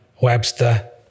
Webster